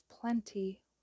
plenty